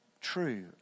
true